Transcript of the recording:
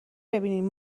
ببینین